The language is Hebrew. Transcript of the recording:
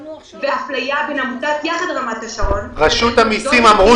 ואפליה בין עמותת יחד רמת השרון -- רשות המיסים אמרו